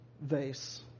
vase